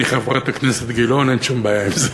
אני חברת הכנסת גילאון, אין שום בעיה עם זה.